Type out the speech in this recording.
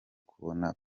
kubona